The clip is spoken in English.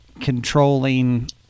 controlling